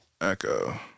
Echo